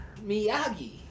Miyagi